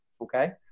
Okay